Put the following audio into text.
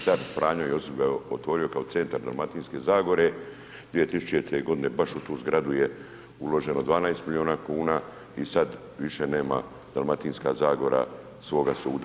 Car Franjo Josip ga je otvorio kao centar Dalmatinske zagore 2000. godine baš u tu zgradu je uloženo 12 milijuna kuna i sad više nema Dalmatinska zagora svoga suda.